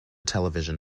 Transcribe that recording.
television